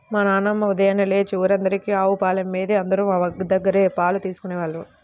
మా నాన్నమ్మ ఉదయాన్నే లేచి ఊరందరికీ ఆవు పాలమ్మేది, అందరూ మా దగ్గరే పాలు తీసుకెళ్ళేవాళ్ళు